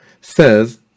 says